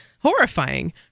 horrifying